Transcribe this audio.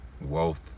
Wealth